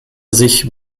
sich